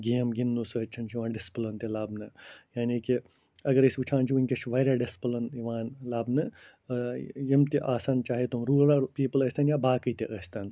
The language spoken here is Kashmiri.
گیم گِنٛدنہٕ سۭتۍ چھِ یِوان ڈِسپٕلٕن تہِ لَبنہٕ یعنی کہِ اَگر أسۍ وٕچھان چھِ وٕنۍکٮ۪س چھِ واریاہ ڈِسپٕلٕن یِوان لَبنہٕ یِم تہِ آسَن چاہے تِم روٗرَل پیٖپٕل ٲسۍتَن یا باقٕے تہِ ٲسۍتَن